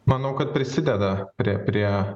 manau kad prisideda prie prie